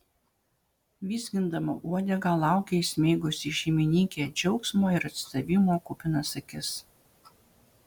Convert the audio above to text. vizgindama uodegą laukė įsmeigusi į šeimininkę džiaugsmo ir atsidavimo kupinas akis